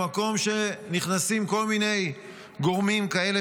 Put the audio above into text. במקום שנכנסים כל מיני גורמים כאלה